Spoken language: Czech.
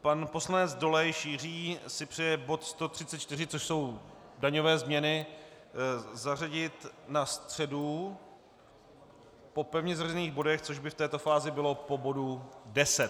Pan poslanec Jiří Dolejš si přeje bod 134, což jsou daňové změny, zařadit na středu po pevně zařazených bodech, což by v této fázi bylo po bodu 10.